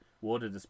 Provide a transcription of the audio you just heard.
water